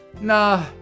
Nah